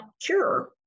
cure